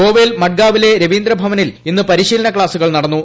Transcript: ഗോവയിൽ മഡ്ഗാവിലെ രവീന്ദ്ര ഭവനിൽ ഇന്ന് പരിശീലന ക്ലാസൂകൾ നടന്നു